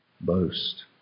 boast